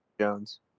Jones